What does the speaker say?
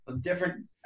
different